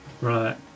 Right